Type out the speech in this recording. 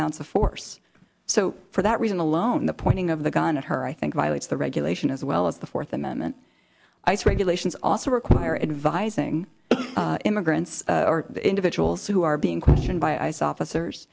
amounts of force so for that reason alone the pointing of the gun at her i think violates the regulation as well as the fourth amendment ice regulations also require advising immigrants or individuals who are being questioned by i saw officers